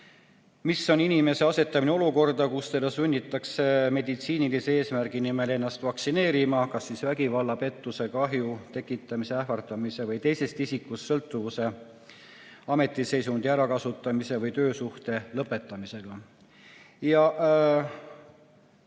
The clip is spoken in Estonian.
mis on inimese asetamine olukorda, kus teda sunnitakse meditsiinilise eesmärgi nimel ennast vaktsineerima, kas vägivalla, pettuse, kahju tekitamisega, ähvardamise, teisest isikust sõltuvuse, ametiseisundi ärakasutamise või töösuhte lõpetamisega.